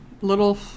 Little